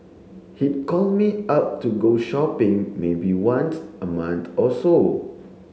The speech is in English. he'd call me up to go shopping maybe once a month or so